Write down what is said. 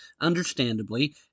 Understandably